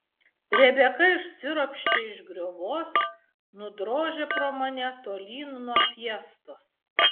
rebeka išsiropštė iš griovos nudrožė pro mane tolyn nuo fiestos